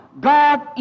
God